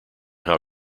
how